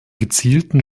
gezielten